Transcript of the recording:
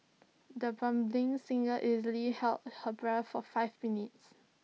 the budding singer easily held her breath for five minutes